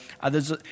Others